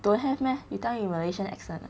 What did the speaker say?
don't have meh you tell me you malaysian accent ah